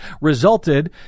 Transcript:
resulted